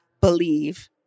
believe